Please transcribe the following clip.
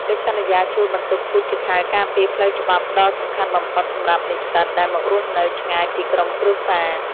កិច្ចសន្យាជួលបន្ទប់គឺជាខែលការពារផ្លូវច្បាប់ដ៏សំខាន់បំផុតសម្រាប់និស្សិតដែលមករស់នៅឆ្ងាយពីក្រុមគ្រួសារ។